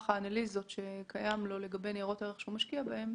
האנליזות שקיים לגבי ניירות ערך שהוא משקיע בהן.